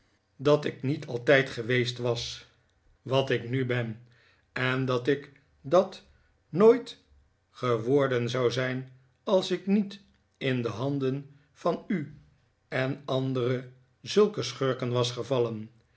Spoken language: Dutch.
dat ik niet altijd i yrwojm newman rekent af met ralph geweest was wat ik nu ben en dat ik dat nooit geworden zou zijn als ik niet in de handen van u en andere zulke schurken